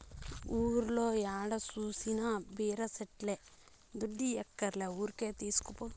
ఊర్లో ఏడ జూసినా బీర సెట్లే దుడ్డియ్యక్కర్లే ఊరికే తీస్కపో